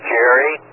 Jerry